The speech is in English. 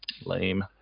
Lame